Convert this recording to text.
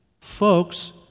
Folks